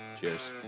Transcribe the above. cheers